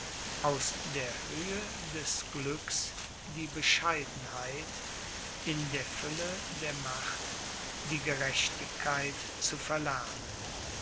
aus der höhe des glücks die bescheidenheit in der fülle der macht die gerechtigkeit zu verlernen